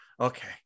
okay